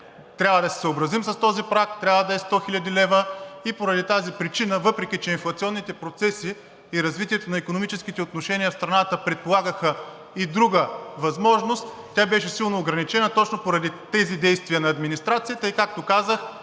трябва да се съобразим с този праг, той трябва да е 100 хил. лв. и поради тази причина, въпреки че инфлационните процеси и развитието на икономическите отношения в страната предполагаха и друга възможност, тя беше силно ограничена точно поради тези действия на администрацията и както казах,